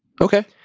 Okay